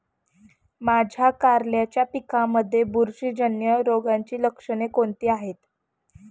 माझ्या कारल्याच्या पिकामध्ये बुरशीजन्य रोगाची लक्षणे कोणती आहेत?